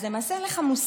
אז למעשה אין לך מושג